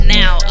now